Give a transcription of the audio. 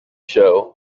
shown